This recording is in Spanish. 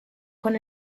con